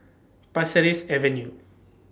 Pasir Ris Avenue